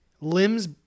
Limbs